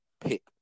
pick